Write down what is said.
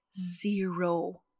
zero